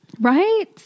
Right